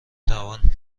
توان